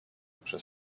przez